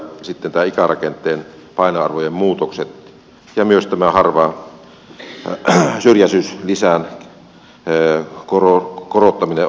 sitten tämän ikärakenteen painoarvojen muutokset ja myös tämän syrjäisyyslisän korottaminen ovat hyviä asioita